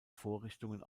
vorrichtungen